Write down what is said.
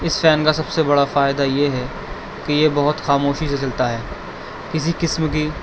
اس fan کا سب سے بڑا فائدہ یہ ہے کہ یہ بہت خاموشی سے چلتا ہے کسی قسم کی